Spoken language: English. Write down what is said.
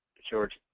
george.